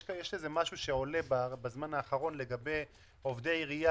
יש משהו שעולה בזמן האחרון לגבי עובדי עירייה,